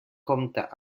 compta